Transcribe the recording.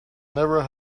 never